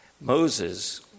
Moses